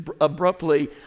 abruptly